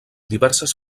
diverses